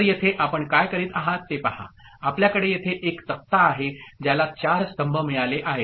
तर येथे आपण काय करीत आहात ते पहा आपल्याकडे येथे एक तक्ता आहे ज्याला चार स्तंभ मिळाले आहेत